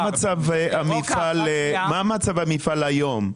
מה מצב המפעל היום?